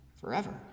forever